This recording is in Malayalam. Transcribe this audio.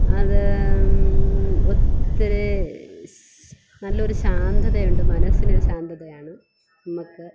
അത് ഒത്തിരി സ് നല്ലൊരു ശാന്തതയുണ്ട് മനസ്സിന് ഒരു ശാന്തതയാണ് നമ്മൾക്ക്